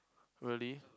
really